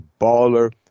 baller